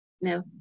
No